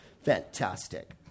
Fantastic